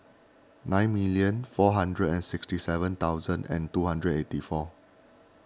nine million four hundred and sixty seven thousand and two hundred eighty four